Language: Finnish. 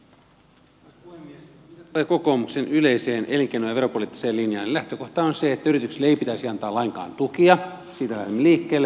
mitä tulee kokoomuksen yleiseen elinkeino ja veropoliittiseen linjaan niin lähtökohta on se että yrityksille ei pitäisi antaa lainkaan tukia siitä lähden liikkeelle